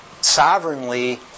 sovereignly